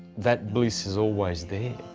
that bliss is always there,